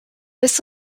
this